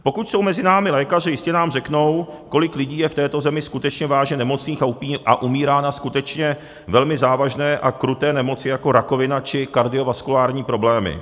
Pokud jsou mezi námi lékaři, jistě nám řeknou, kolik lidí je v této zemi skutečně vážně nemocných a umírá na skutečně velmi závažné a kruté nemoci jako rakovina či kardiovaskulární problémy.